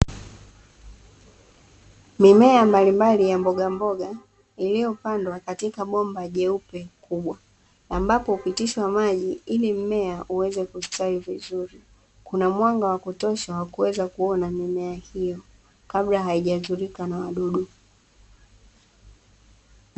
Mimea mbalimbali ya mbogamboga iliyopandwa katika bomba jeupe kubwa ambapo hupitishwa maji ili mmea uweze kustawi vizuri. Kuna mwanga wa kutosha ili kuweza kuona mimea hiyo kabla haijaathirika na wadudu.